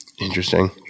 Interesting